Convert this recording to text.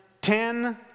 ten